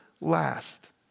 last